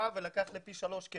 אותו אדם בא וגבה ממנה פי שלוש.